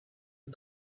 les